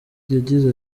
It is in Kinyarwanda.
yagize